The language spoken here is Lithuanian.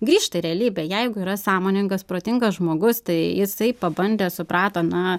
grįžta į realybę jeigu yra sąmoningas protingas žmogus tai jisai pabandęs suprato na